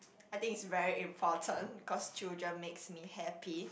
I think is very important cause children makes me happy